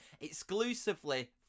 exclusively